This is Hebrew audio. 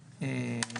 אחר.